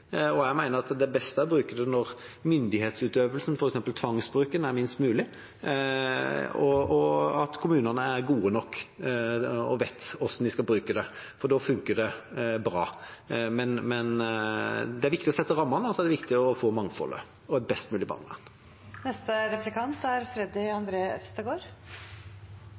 Jeg mener at det beste er å bruke det slik at myndighetsøvelsen, f.eks. tvangsbruken, er minst mulig, og at kommunene er gode nok og vet hvordan de skal bruke det, for da funker det bra. Men det er viktig å sette rammene, og så er det viktig å få mangfoldet – og et best mulig